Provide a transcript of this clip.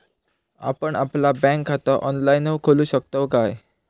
आपण आपला बँक खाता ऑनलाइनव खोलू शकतव काय?